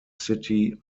city